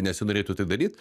nesinorėtų tai daryt